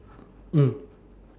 mm